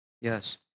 Yes